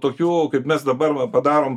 tokių kaip mes dabar va padarom